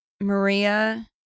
Maria